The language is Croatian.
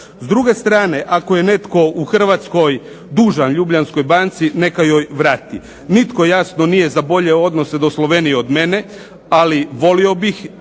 S druge strane ako je netko u Hrvatskoj dužan Ljubljanskoj banci neka joj vrati. Nitko jasno nije za bolje odnose do Slovenije od mene, ali volio bih